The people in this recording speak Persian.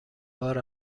بار